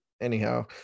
Anyhow